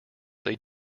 they